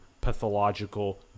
pathological